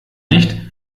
nicht